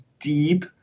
deep